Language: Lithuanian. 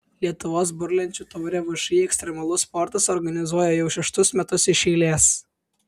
lietuvos burlenčių taurę všį ekstremalus sportas organizuoja jau šeštus metus iš eilės